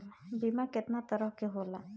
बीमा केतना तरह के होला?